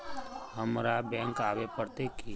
हमरा बैंक आवे पड़ते की?